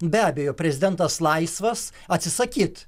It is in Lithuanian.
be abejo prezidentas laisvas atsisakyt